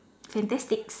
fantastic